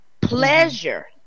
pleasure